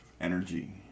energy